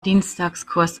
dienstagskurs